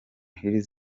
hills